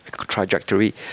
trajectory